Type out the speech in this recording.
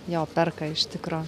jo perka iš tikro